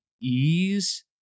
ease